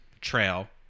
trail